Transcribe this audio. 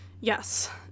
Yes